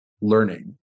learning